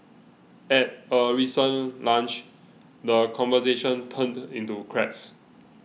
at a recent lunch the conversation turned into crabs